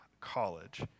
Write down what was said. college